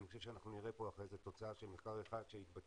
אני חושב שנראה כאן בהמשך תוצאה של מחקר אחד שהתבצע,